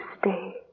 stay